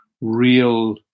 real